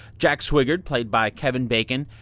jack swigert, played by kevin bacon,